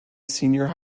senior